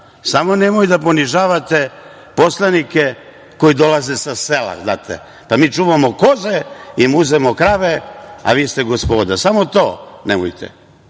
samo nemojte da ponižavate poslanike koji dolaze sa sela, znate, pa mi čuvamo koze i muzemo krave, a vi ste gospoda. Samo to nemojte. Da